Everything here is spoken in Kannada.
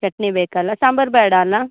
ಚಟ್ನಿ ಬೇಕಲ್ಲ ಸಾಂಬಾರು ಬೇಡ ಅಲ್ಲ